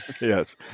Yes